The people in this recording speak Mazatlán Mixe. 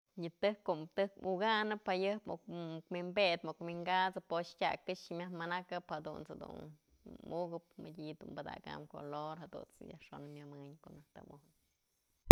Yë tëjk ko'o tëjk mukanëp jayëp muk wi'inpedë muk wi'ikasëp po'ox tyak këxë myaj manakap jadunt's jedun mukëp mëdyë dun badakam color jadunt's bi'i yajxon myëmënyë ne ko'o najk të mujnë.